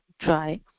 try